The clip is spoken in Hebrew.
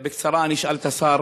בקצרה, אני אשאל את השר: